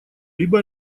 либо